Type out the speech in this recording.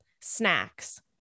snacks